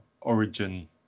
origin